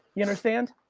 you understand?